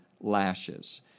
lashes